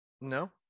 no